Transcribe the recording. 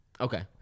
Okay